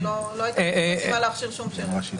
לא הייתי צריכה להכשיר שום שרץ.